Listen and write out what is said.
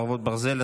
חרבות ברזל),